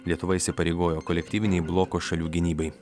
lietuva įsipareigojo kolektyvinei bloko šalių gynybai